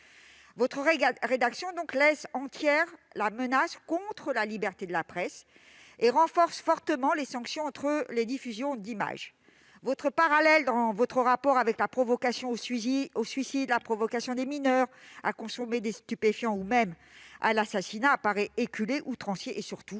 Votre rédaction laisse entière la menace contre la liberté de la presse et renforce fortement les sanctions contre les diffusions d'images. Le parallèle que vous dressez dans votre rapport avec la provocation au suicide, la provocation de mineurs à consommer des stupéfiants ou même la provocation à un assassinat apparaît éculé, outrancier et, surtout,